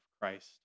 Christ